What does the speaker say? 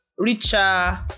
Richer